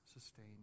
sustain